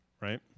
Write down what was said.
Right